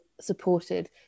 supported